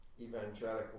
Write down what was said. evangelical